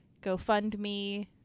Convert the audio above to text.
GoFundMe